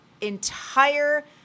entire